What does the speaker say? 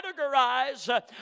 categorize